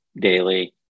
daily